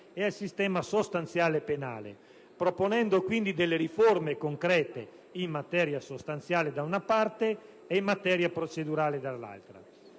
e al sistema sostanziale penale, proponendo quindi riforme concrete in materia sostanziale da una parte e in materia procedurale dall'altra.